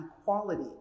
equality